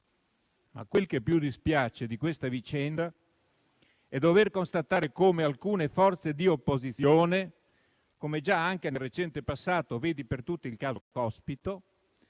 Ma quel che più dispiace di questa vicenda è dover constatare come alcune forze di opposizione, come già anche nel recente passato - vedi per tutti il caso Cospito